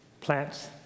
plants